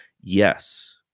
yes